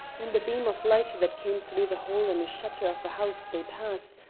in the beam of light that came through the hole in a shutter of a house they passed,